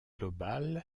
global